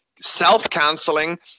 self-canceling